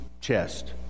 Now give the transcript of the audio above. chest